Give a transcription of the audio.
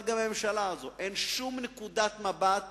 אבל גם הממשלה הזאת: אין שום נקודת מבט